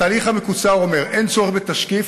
התהליך המקוצר אומר: אין צורך בתשקיף,